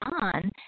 on